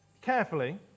carefully